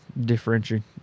differentiating